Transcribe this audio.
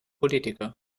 politiker